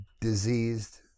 diseased